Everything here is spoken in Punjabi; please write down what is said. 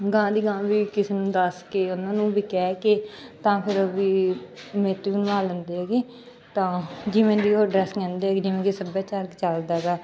ਗਾਂਹ ਦੀ ਗਾਂਹ ਵੀ ਕਿਸੇ ਨੂੰ ਦੱਸ ਕੇ ਉਹਨਾਂ ਨੂੰ ਵੀ ਕਹਿ ਕੇ ਤਾਂ ਫਿਰ ਵੀ ਮੈਥੋਂ ਬਣਾ ਲੈਂਦੇ ਹੈਗੇ ਤਾਂ ਜਿਵੇਂ ਦੀ ਉਹ ਡਰੈਸ ਕਹਿੰਦੇ ਜਿਵੇਂ ਕਿ ਸੱਭਿਆਚਾਰਕ ਚੱਲਦਾ ਗਾ